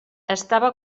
estava